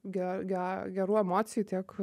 ge ge gerų emocijų tiek